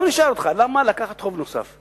עכשיו אני שואל אותך: למה לקחת חוב נוסף?